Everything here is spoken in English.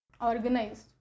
Organized